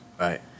Right